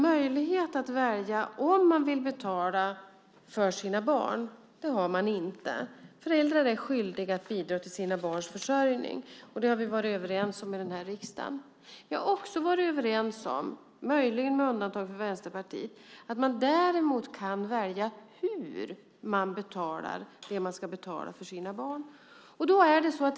Möjlighet att välja om man vill betala för sina barn har man inte. Föräldrar är skyldiga att bidra till sina barns försörjning. Det har vi varit överens om i den här riksdagen. Vi har också varit överens om, möjligen med undantag för Vänsterpartiet, att man däremot kan välja hur man betalar det man ska betala för sina barn.